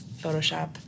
Photoshop